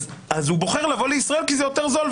אז הוא בוחר לבוא לישראל כי זה יותר זול,